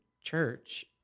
church